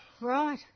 Right